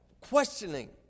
questioning